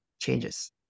changes